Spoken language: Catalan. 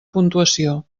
puntuació